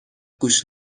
گوش